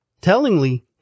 Tellingly